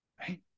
Right